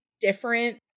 different